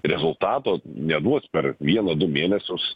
rezultato neduos per vieną du mėnesius